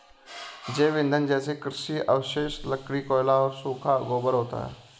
जैव ईंधन जैसे कृषि अवशेष, लकड़ी, कोयला और सूखा गोबर होता है